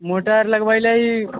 motor लगबै लए